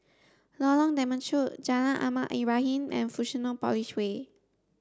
Lorong Temechut Jalan Ahmad Ibrahim and Fusionopolis Way